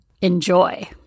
Enjoy